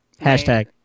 Hashtag